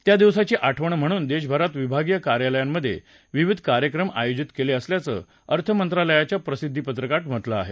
त्या दिवसाची आठवण म्हणून देशभरातल्या विभागीय कार्यालयांमधे विविध कार्यक्रम आयोजित केले असल्याचं अर्थमंत्रालयाच्या प्रसिद्दी पत्रकात म्हटलं आहे